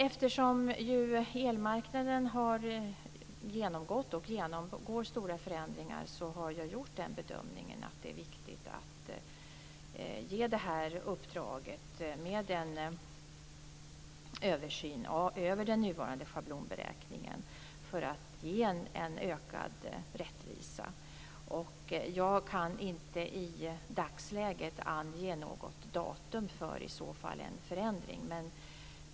Eftersom elmarknaden har genomgått och genomgår stora förändringar har jag gjort den bedömningen att det är viktigt att ge uppdraget med en översyn av den nuvarande schablonberäkningen för att ge en ökad rättvisa. Jag kan inte i dagsläget ange något datum för en förändring.